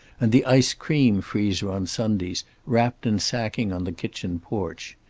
and the ice cream freezer on sundays, wrapped in sacking on the kitchen porch.